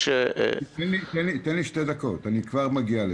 תן לי שתי דקות, אני כבר מגיע לזה.